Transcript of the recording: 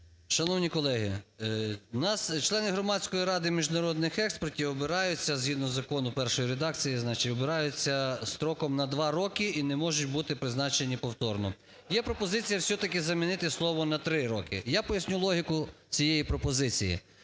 Шановні колеги, у нас члени Громадської ради і міжнародних експертів обираються згідно закону в першій редакції, значить обираються строком на два роки і не можуть бути призначені повторно, є пропозиція все-таки замінити слово на "три роки". Я поясню логіку цієї пропозиції.